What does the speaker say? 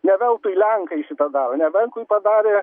ne veltui lenkai šitą daro neveltui padarė